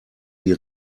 die